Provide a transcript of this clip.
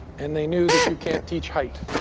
and they knew that you can't teach height.